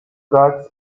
guides